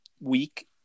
week